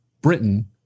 britain